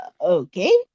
Okay